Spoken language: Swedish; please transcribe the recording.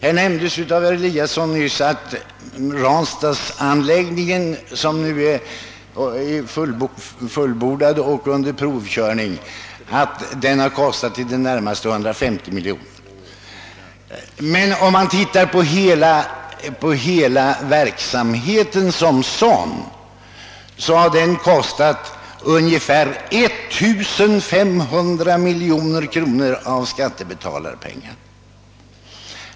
Herr Eliasson i Sundborn nämnde nyss att Ranstadsanläggningen, som nu är fullbordad och under provkörning, har kostat i det närmaste 150 miljoner kronor; men hela verksamheten som sådan har kostat ungefär 1500 miljoner kronor av skattebetalarpengar!